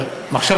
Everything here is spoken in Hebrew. עכשיו,